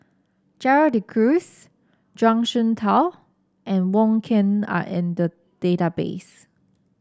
Gerald De Cruz Zhuang Shengtao and Wong Ken are in the database